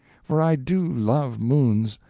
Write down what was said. for i do love moons,